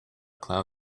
cloud